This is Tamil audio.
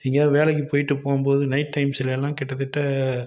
எங்கேயாவது வேலைக்கு போயிட்டு போகும்போது நைட் டைம்ஸில் எல்லாம் கிட்டத்தட்ட